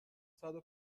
صدو